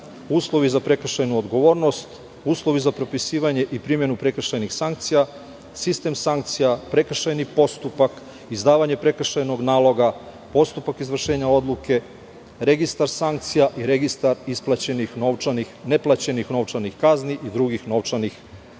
uslovi za prekršajnu odgovornost, uslovi za propisivanje i primenu prekršajnih sankcija, sistem sankcija, prekršajni postupak, izdavanje prekršajnog naloga, postupak izvršenja odluke, registar sankcija i registar isplaćenih novčanih neplaćenih novčanih kazni i drugih novčanih iznosa.